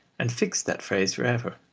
and fixed that phrase for ever.